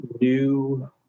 new